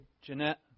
Jeanette